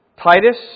Titus